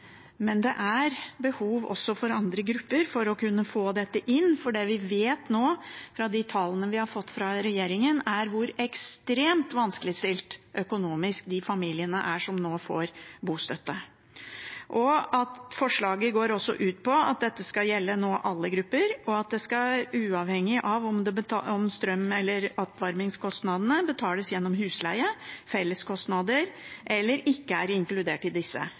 men det er behov også for andre grupper for å kunne få dette lagt inn, for det vi vet nå fra de tallene vi har fått fra regjeringen, er hvor ekstremt økonomisk vanskeligstilt de er, de familiene som nå får bostøtte. Forslaget går også ut på at dette nå skal gjelde alle grupper, uavhengig av om strøm- eller oppvarmingskostnadene betales gjennom husleie eller felleskostnader eller ikke er inkludert i disse.